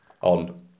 on